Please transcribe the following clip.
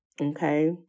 okay